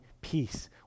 peace